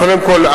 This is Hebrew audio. קודם כול,